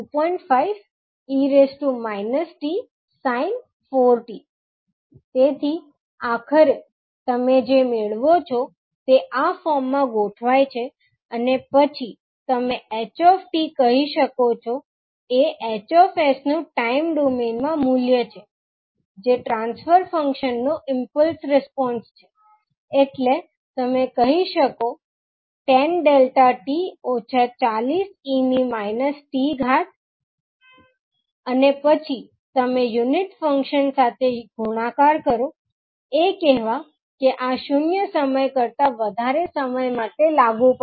5𝑒−𝑡 sin 4𝑡 તેથી આખરે તમે જે મેળવો છો તે આ ફોર્મ માં ગોઠવાય છે અને પછી તમે ℎ 𝑡 કહી શકો છો એ 𝐻𝑠 નું ટાઇમ ડોમેઇન માં મૂલ્ય છે જે ટ્રાન્સફર ફંક્શનનો ઈમ્પલ્સ રિસ્પોન્સ છે એટલે તમે કહી શકો 10 ડેલ્ટા t ઓછા 40 e ની -t 40 ઘાત અને પછી તમે યુનીટ ફંક્શન સાથે ગુણાકાર કરો એ કહેવા કે આ શૂન્ય સમય કરતા વધારે સમય માટે લાગુ પડે છે